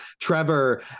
Trevor